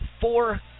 Four